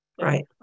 right